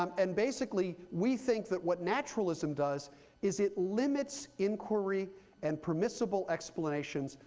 um and basically we think that what naturalism does is it limits inquiry and permissible explanations,